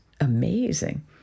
amazing